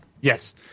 Yes